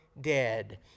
dead